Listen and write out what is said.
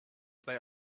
they